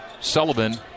Sullivan